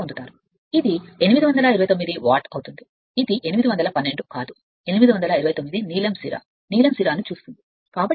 పొందుతారు ఇది 829 వాట్ అవుతుంది ఇది 12 కాదు 829 నీలం సిరా నీలం సిరాను చూస్తుంది కాబట్టి 0